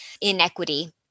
inequity